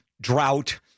drought